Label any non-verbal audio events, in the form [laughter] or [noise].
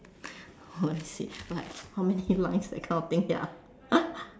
wanna see but like how many lines that kind of thing ya [laughs]